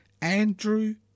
Andrew